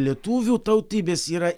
lietuvių tautybės yra